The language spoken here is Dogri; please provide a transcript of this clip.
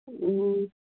हूं